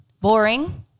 boring